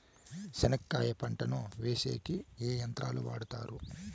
చెనక్కాయ పంటను వేసేకి ఏ యంత్రాలు ను వాడుతారు?